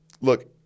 Look